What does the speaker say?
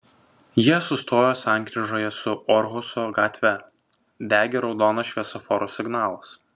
jie sustojo sankryžoje su orhuso gatve degė raudonas šviesoforo signalas